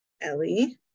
ellie